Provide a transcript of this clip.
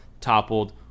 toppled